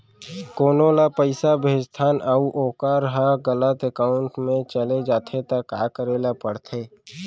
कोनो ला पइसा भेजथन अऊ वोकर ह गलत एकाउंट में चले जथे त का करे ला पड़थे?